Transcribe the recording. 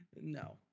No